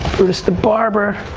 brutus the barber.